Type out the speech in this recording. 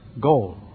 goal